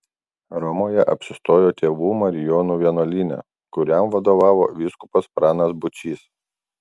romoje apsistojo tėvų marijonų vienuolyne kuriam vadovavo vyskupas pranas būčys